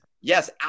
yes